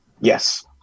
Yes